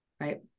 Right